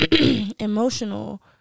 emotional